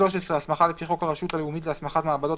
(13)הסמכה לפי חוק הרשות הלאומית להסמכת מעבדות,